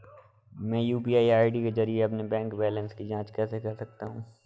मैं यू.पी.आई के जरिए अपने बैंक बैलेंस की जाँच कैसे कर सकता हूँ?